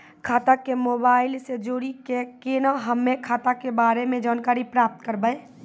खाता के मोबाइल से जोड़ी के केना हम्मय खाता के बारे मे जानकारी प्राप्त करबे?